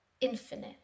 infinite